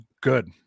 good